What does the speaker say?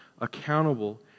accountable